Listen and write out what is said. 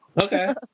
Okay